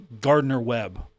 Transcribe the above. Gardner-Webb